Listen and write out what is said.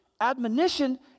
Admonition